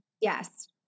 Yes